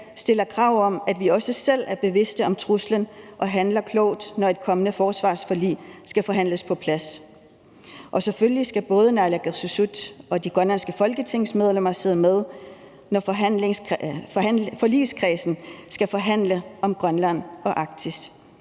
stiller krav om, at vi også selv er bevidste om trusler og handler klogt, når et kommende forsvarsforlig skal forhandles på plads. Selvfølgelig skal både naalakkersuisut og de grønlandske folketingsmedlemmer sidde med, når forligskredsen skal forhandle om Grønland og Arktis